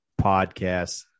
Podcast